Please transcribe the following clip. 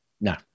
No